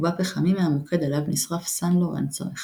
ובה פחמים מהמוקד עליו נשרף סאן לורנצו,